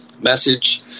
message